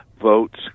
votes